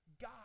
God